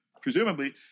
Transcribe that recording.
presumably